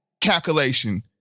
calculation